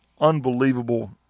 unbelievable